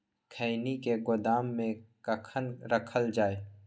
खैनी के गोदाम में कखन रखल जाय?